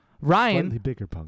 Ryan